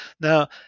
Now